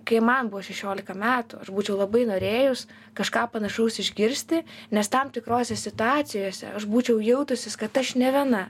kai man buvo šešiolika metų aš būčiau labai norėjus kažką panašaus išgirsti nes tam tikrose situacijose aš būčiau jautusis kad aš ne viena